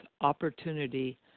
opportunity